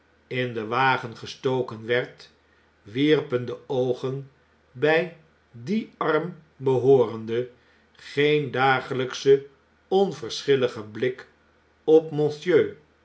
in den wagen gestoken werd wierpen de oogen bg dien arm behoorende geen dagelgkschen onverschilligen blik op